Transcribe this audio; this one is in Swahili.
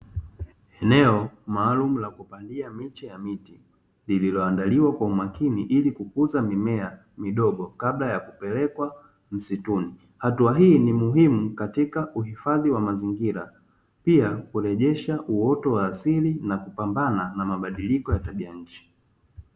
Eneo maalum la kupandia miche ya miti lililoandaliwa kwa umakini ili kukuza mimea midogo kabla ya kupelekwa msituni. Hatua hii ni muhimu katika uhifadhi wa mazingira pia kurejesha uoto wa asili na kupambana na mabadiliko ya tabia nchi.